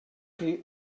chi